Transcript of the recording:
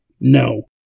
No